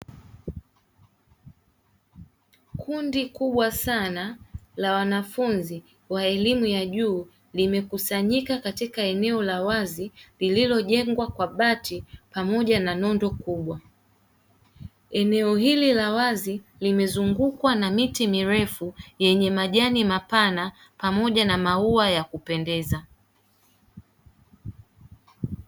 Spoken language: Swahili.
Kundi kubwa sana la wanafunzi wa elimu ya juu limekusanyika katika eneo la wazi lililojengwa kwa bahati pamoja na nondo kubwa, eneo hili la wazi limezungukwa na miti mirefu yenye majani mapana pamoja na maua ya kupendeza.